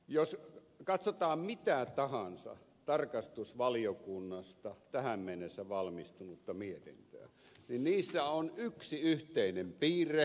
jos katsotaan mitä tahansa tarkastusvaliokunnasta tähän mennessä valmistunutta mietintöä niin niissä on yksi yhteinen piirre